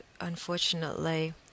unfortunately